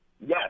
Yes